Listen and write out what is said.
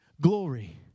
glory